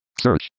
Search